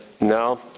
no